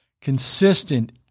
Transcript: consistent